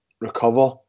recover